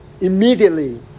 immediately